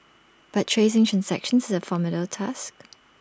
but tracing transactions is A formidable task